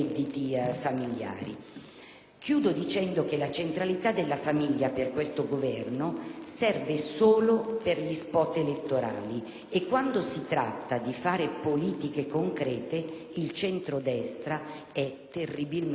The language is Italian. Concludo affermando che la centralità della famiglia per questo Governo serve solo per gli *spot* elettorali, perché quando si tratta di fare politiche concrete il centrodestra è terribilmente *single*.